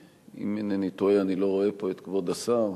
אם אינני טועה אני לא רואה פה את כבוד השר,